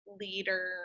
Leader